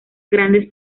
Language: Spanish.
grandes